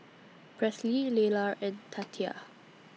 Presley Lelar and Tatia